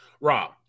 Rob